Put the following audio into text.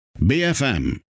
BFM